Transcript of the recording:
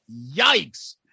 yikes